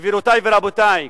גבירותי ורבותי,